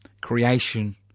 Creation